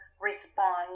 respond